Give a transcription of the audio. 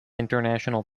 international